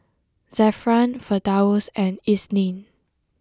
Zafran Firdaus and Isnin